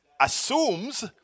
assumes